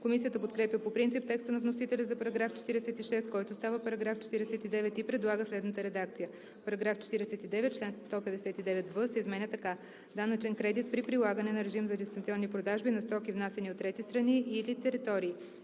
Комисията подкрепя по принцип текста на вносителя за § 46, който става § 49 и предлага следната редакция: „§ 49. Член 159в се изменя така: „Данъчен кредит при прилагане на режим за дистанционни продажби на стоки, внасяни от трети страни или територии